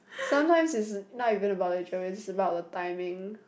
sometimes it's not even about the travel it's just about the timing